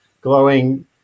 glowing